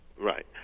Right